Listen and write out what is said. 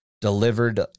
delivered